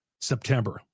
September